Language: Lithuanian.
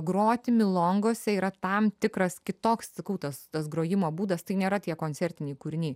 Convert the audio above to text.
groti milongose yra tam tikras kitoks sakau tas tas grojimo būdas tai nėra tie koncertiniai kūriniai